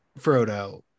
frodo